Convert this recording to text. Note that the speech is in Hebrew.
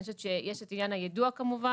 אני חושבת שיש את עניין היידוע כמובן,